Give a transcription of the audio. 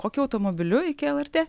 kokiu automobiliu iki lrt